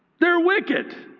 they're wicked.